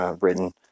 written